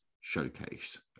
showcase